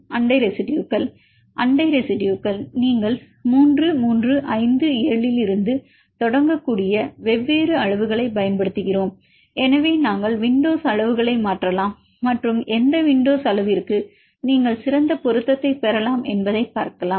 அண்டை ரெசிடுயுகள் அண்டை ரெசிடுயுகள் நீங்கள் 3 3 5 7 இலிருந்து தொடங்கக்கூடிய வெவ்வேறு அளவுகளைப் பயன்படுத்துகிறோம் எனவே நாங்கள் விண்டோஸ் அளவுகளை மாற்றலாம் மற்றும் எந்த விண்டோஸ் அளவிற்கு நீங்கள் சிறந்த பொருத்தத்தைப் பெறலாம் என்பதைப் பார்க்கலாம்